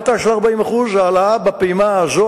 וההעלאה בפעימה הזאת,